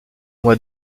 mois